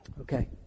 Okay